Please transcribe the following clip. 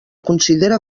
considera